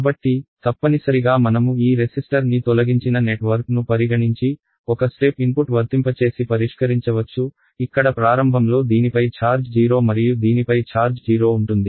కాబట్టి తప్పనిసరిగా మనము ఈ రెసిస్టర్ ని తొలగించిన నెట్వర్క్ను పరిగణించి ఒక స్టెప్ ఇన్పుట్ వర్తింపచేసి పరిష్కరించవచ్చు ఇక్కడ ప్రారంభంలో దీనిపై ఛార్జ్ 0 మరియు దీనిపై ఛార్జ్ 0 ఉంటుంది